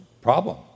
problem